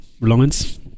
Reliance